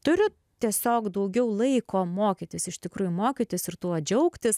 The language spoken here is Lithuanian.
turiu tiesiog daugiau laiko mokytis iš tikrųjų mokytis ir tuo džiaugtis